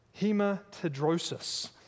hematidrosis